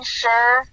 sure